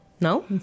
no